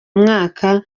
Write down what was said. umwaka